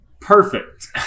perfect